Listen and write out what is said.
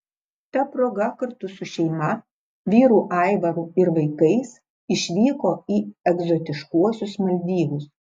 ta proga kartu su šeima vyru aivaru ir vaikais išvyko į egzotiškuosius maldyvus